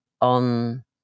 on